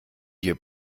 ihr